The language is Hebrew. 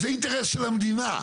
זה אינטרס של המדינה.